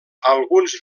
alguns